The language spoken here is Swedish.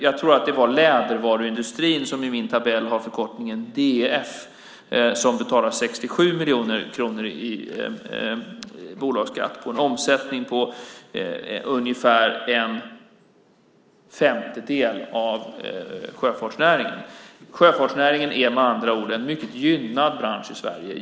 Jag tror att det var lädervaruindustrin, som i min tabell har förkortningen DF, som betalar 67 miljoner kronor i bolagsskatt på en omsättning på ungefär en femtedel av sjöfartsnäringens. Sjöfartsnäringen är med andra ord en mycket gynnad bransch i Sverige.